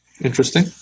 Interesting